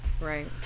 right